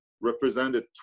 represented